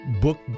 book